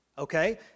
Okay